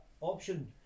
option